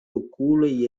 okuloj